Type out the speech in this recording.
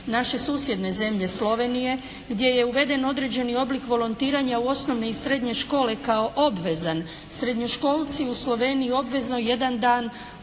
naše susjedne zemlje Slovenije gdje je uveden određeni oblik volontiranja u osnovne i srednje škole kao obvezan. Srednjoškolci u Sloveniji obvezno jedan dan